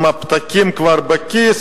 עם הפתקים כבר בכיס,